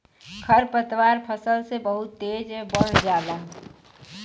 खरपतवार फसल से बहुत तेज बढ़ जाला